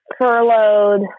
furloughed